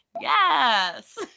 Yes